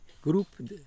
group